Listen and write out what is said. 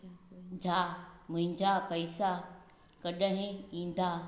जा मुंहिंजा पैसा कॾहिं ईंदा